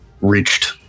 reached